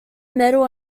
medal